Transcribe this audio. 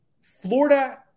Florida